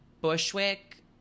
Bushwick